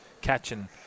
Catching